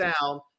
sound